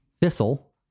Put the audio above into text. Thistle